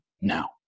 now